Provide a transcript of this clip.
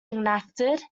enacted